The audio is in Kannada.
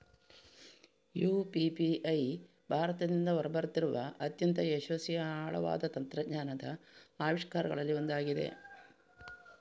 ಯು.ಪಿ.ಪಿ.ಐ ಭಾರತದಿಂದ ಹೊರ ಬರುತ್ತಿರುವ ಅತ್ಯಂತ ಯಶಸ್ವಿ ಆಳವಾದ ತಂತ್ರಜ್ಞಾನದ ಆವಿಷ್ಕಾರಗಳಲ್ಲಿ ಒಂದಾಗಿದೆ